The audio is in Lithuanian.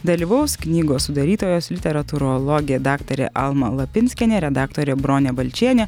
dalyvaus knygos sudarytojas literatūrologė daktarė alma lapinskienė redaktorė bronė balčienė